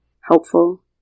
helpful